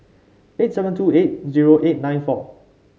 eight seven two eight zero eight nine four